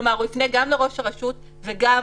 זאת אומרת הוא יפנה גם לראש הרשות וגם